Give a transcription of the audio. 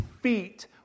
feet